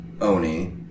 Oni